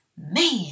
man